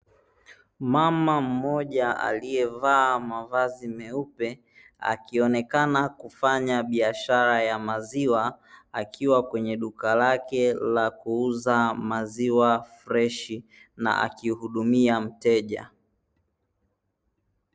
Mama mmoja aliyevaa mavazi meupe, akionekana kufanya biashara ya maziwa akiwa kwenye duka lake la kuuza maziwa fleshi na akihudumia mteja.